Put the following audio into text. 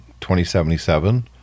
2077